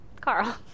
Carl